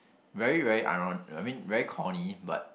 very very iron~ I mean very corny but